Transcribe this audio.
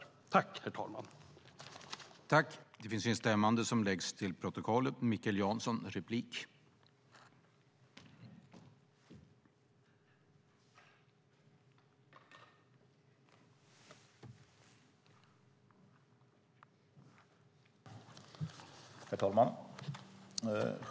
I detta anförande instämde Anders Hansson och Allan Widman .